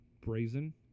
Brazen